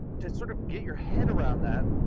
to sort of get your head around that.